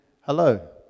hello